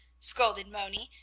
scolded moni,